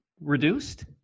reduced